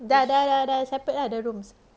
dah dah dah dah separate ah the rooms